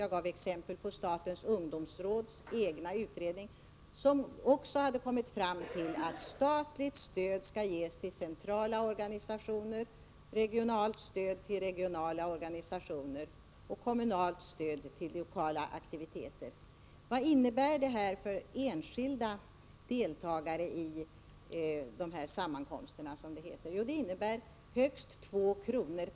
Jag gav exempel från statens ungdomsråds egen utredning, som också hade kommit fram till att statligt stöd skall ges till centrala organisationer, regionalt stöd till regionala organisationer och kommunalt stöd till lokala aktiviteter. Vad innebär detta för enskilda deltagare i de här sammankomsterna, som det heter? Det innebär högst 2 kr.